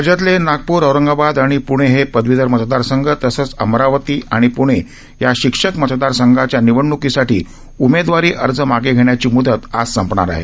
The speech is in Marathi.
राज्यातले नागपूर औरंगाबाद आणि पृणे हे पदवीधर मतदार संघ तसंच अमरावती आणि पृणे या शिक्षक मतदारसंघाच्या निवडणुकीसाठी उमेदवारी अर्ज मागे घेण्यासाठीची मुदत आज संपेल